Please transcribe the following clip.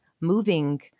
moving